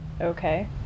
okay